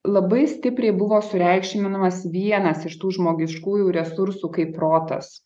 labai stipriai buvo sureikšminamas vienas iš tų žmogiškųjų resursų kaip protas